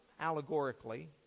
allegorically